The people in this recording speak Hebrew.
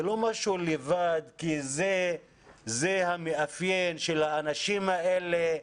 זה לא משהו לבד כי זה המאפיין של האנשים האלה.